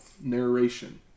narration